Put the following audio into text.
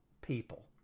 people